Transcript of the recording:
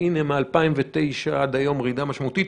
והינה מ-2009 עד היום יש ירידה משמעותית.